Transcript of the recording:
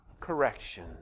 correction